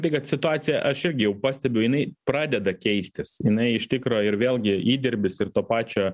tai kad situacija aš irgi jau pastebiu jinai pradeda keistis jinai iš tikro ir vėlgi įdirbis ir to pačio